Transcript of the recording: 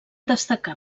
destacar